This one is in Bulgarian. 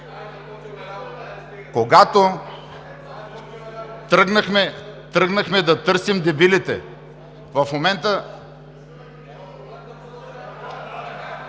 Когато тръгнахме да търсим дебилите, в момента…